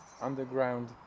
underground